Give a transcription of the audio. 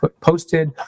posted